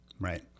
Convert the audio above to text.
right